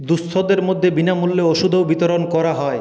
দুঃস্থদের মধ্যে বিনামূল্যে ওষুধও বিতরণ করা হয়